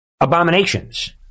abominations